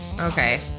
Okay